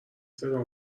صدا